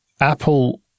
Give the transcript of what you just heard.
Apple